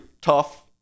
tough